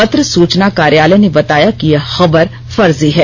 पत्र सूचना कार्यालय ने बताया कि यह खबर फर्जी है